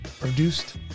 produced